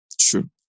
True